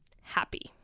happy